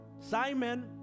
simon